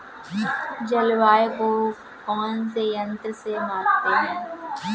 जलवायु को कौन से यंत्र से मापते हैं?